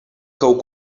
kaut